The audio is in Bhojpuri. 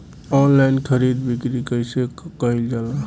आनलाइन खरीद बिक्री कइसे कइल जाला?